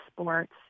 sports